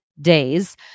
Days